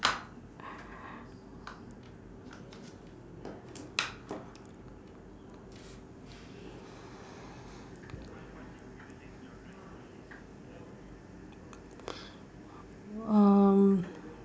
um